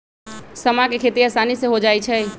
समा के खेती असानी से हो जाइ छइ